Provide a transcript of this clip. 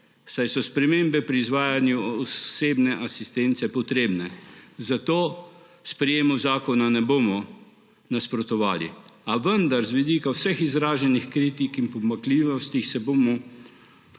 saj so spremembe pri izvajanju osebne asistence potrebne, zato sprejemu zakona ne bomo nasprotovali; a vendar z vidika vseh izraženih kritik in pomanjkljivosti se bomo